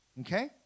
Okay